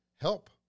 help